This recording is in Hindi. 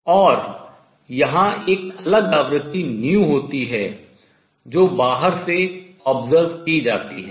और यहाँ एक अलग आवृत्ति होती है जो बाहर से देखी observe की जाती है